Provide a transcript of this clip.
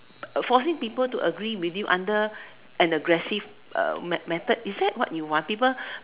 forcing people to agree with you under an aggressive uh met~ method is that what you want people